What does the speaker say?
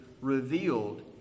revealed